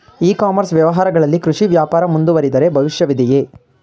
E commerce ವ್ಯವಹಾರಗಳಲ್ಲಿ ಕೃಷಿ ವ್ಯಾಪಾರ ಮುಂದುವರಿದರೆ ಭವಿಷ್ಯವಿದೆಯೇ?